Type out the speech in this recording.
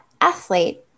athlete